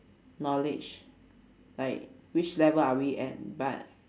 knowledge like which level are we at but